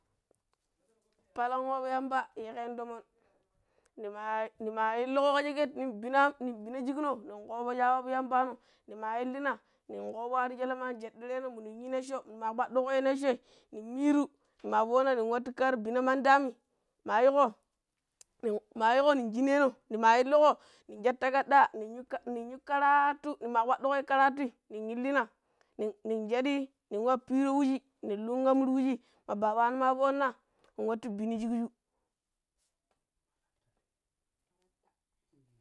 ﻿palank wabu yamba yii khen no toomon ni maa, nimaa ill kho kha schekgere nim bino am nim bino schikk no nin koobo chjaa wabu yamba no, ni maa illina nin khoobo waaru schele ma an schedderee no minun yu nechoi, minu maa kpaddu kho yu nechoi ni miiru nima foonna nin wattu kaaro bino mandi ammii maa yii kho nin, maa yii kho nin schjinee no ni ma illukho nin schjattakadda nin yu karaatu, ni maa kpadu kho yu karatui, nin illina nin, nin chjadii nin waa piiro wuchjii, nin lun am tii wuchjii ma babano no maa foonna nin wattu binu schik-chju